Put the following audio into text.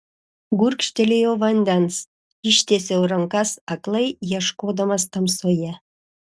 gurkštelėjau vandens ištiesiau rankas aklai ieškodamas tamsoje